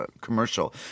commercial